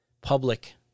public